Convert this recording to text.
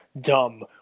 dumb